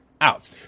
out